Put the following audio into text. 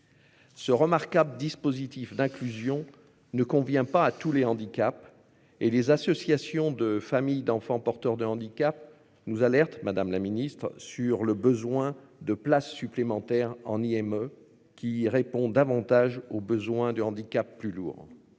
Ce remarquable dispositif d'inclusion ne convient pas à tous les handicaps et les associations de familles d'enfants porteurs de handicap nous alerte Madame la Ministre sur le besoin de places supplémentaires en IME qui répond davantage aux besoins de handicaps plus lourds.